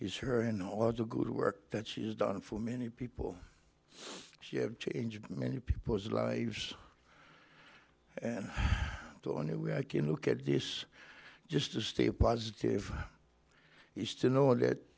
is her and all too good work that she's done for many people she have changed many people's lives and the only way i can look at this just to stay positive is to know that